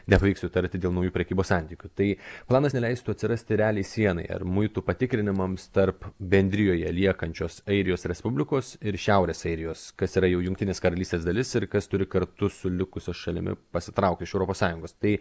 nepavyks sutarti dėl naujų prekybos santykių tai planas neleistų atsirasti realiai sienai ar muitų patikrinimams tarp bendrijoje liekančios airijos respublikos ir šiaurės airijos kas yra jau jungtinės karalystės dalis ir kas turi kartu su likusia šalimi pasitraukti iš europos sąjungos tai